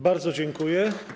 Bardzo dziękuję.